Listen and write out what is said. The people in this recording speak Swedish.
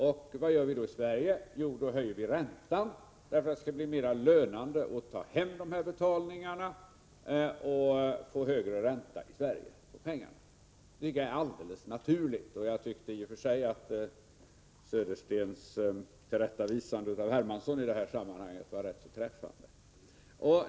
Vad gör vi då i Sverige? Jo, vi höjer räntan för att det skall bli mera lönande med hemtagning av dessa betalningar. Jag tycker att det är ett helt naturligt förfarande, och Söderstens tillrättavisande av Hermansson i det här sammanhanget var ganska träffande.